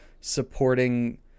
supporting